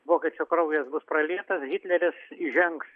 vokiečių kraujas bus pralietas hitleris įžengs